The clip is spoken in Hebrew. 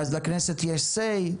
ואז לכנסת יש say,